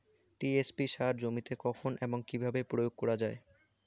TSP সার জমিতে কখন এবং কিভাবে প্রয়োগ করা য়ায়?